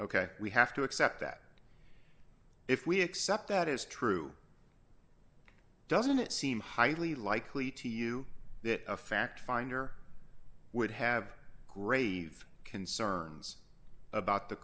ok we have to accept that if we accept that is true doesn't it seem highly likely to you that a fact finder would have grave concerns about the